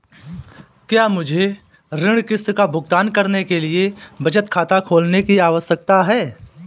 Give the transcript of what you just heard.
क्या मुझे ऋण किश्त का भुगतान करने के लिए बचत खाता खोलने की आवश्यकता है?